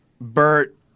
Bert